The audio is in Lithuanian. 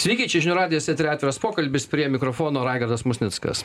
sveiki čia žinių radijas tai yra atviras pokalbis prie mikrofono raigardas musnickas